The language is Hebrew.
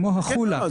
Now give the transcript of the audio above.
אין בעיה.